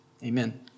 Amen